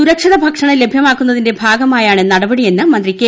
സുരക്ഷിത ഭക്ഷണം ലഭ്യമാക്കുന്നതിന്റെ ഭാഗമായാണ് നടപടിയെന്ന് മന്ത്രി കെ